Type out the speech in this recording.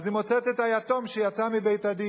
אז היא מוצאת את היתום שיצא מבית-הדין,